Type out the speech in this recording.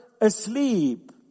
asleep